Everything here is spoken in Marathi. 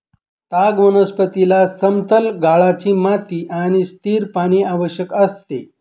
ताग वनस्पतीला समतल गाळाची माती आणि स्थिर पाणी आवश्यक असते